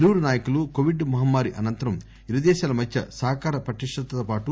ఇరువురు నాయకులు కోవిడ్ మహమ్మారి అనంతరం ఇరుదేశాల మధ్య సహకార పటిష్టతతో పాటు